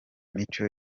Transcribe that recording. mico